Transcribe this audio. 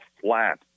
flat